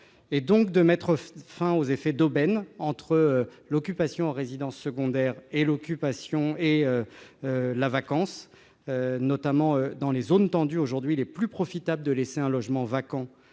et donc de mettre fin aux effets d'aubaine entre occupation en résidence secondaire et situation de vacance, notamment dans les zones tendues. Aujourd'hui, il est plus profitable de laisser un logement vacant